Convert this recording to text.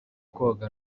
koga